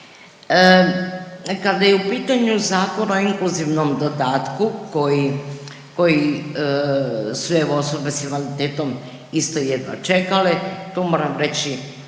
Kada je u pitanju Zakon o inkluzivnom dodatku koji sve osobe s invaliditetom isto jedva čekale, tu moram reći